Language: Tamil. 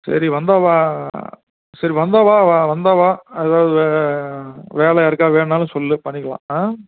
சரி வந்தால் வா சரி வந்தால் வா வந்தால் வா அதாவது வேலை யாருக்காவது வேணும்னாலும் சொல்லு பண்ணிக்கலாம் ஆ